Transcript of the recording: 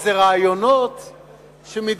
איזה רעיונות,